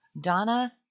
Donna